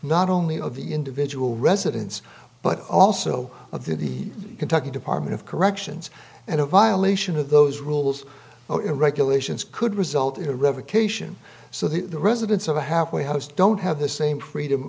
not only of the individual residents but also of the kentucky department of corrections and a violation of those rules oh in regulations could result in a revocation so the residents of a halfway house don't have the same freedom